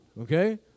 okay